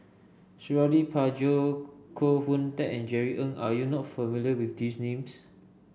Suradi Parjo Koh Hoon Teck and Jerry Ng are you not familiar with these names